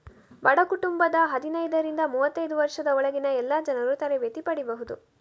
ಬಡ ಕುಟುಂಬದ ಹದಿನೈದರಿಂದ ಮೂವತ್ತೈದು ವರ್ಷದ ಒಳಗಿನ ಎಲ್ಲಾ ಜನರೂ ತರಬೇತಿ ಪಡೀಬಹುದು